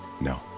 No